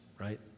Right